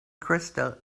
crystal